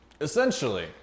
Essentially